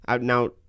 now